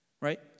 Right